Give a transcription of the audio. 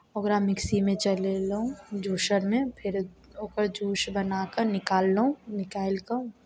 ओकरा मिक्सीमे चलेलहुँ जूसरमे फेर ओकर जूस बना कऽ निकाललहुँ निकालि कऽ